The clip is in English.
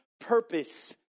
purpose